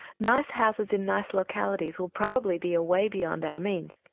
nice houses in nice localities will probably be away beyond our means.